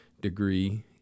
degree